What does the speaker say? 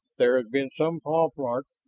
there had been some paw marks,